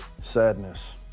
Sadness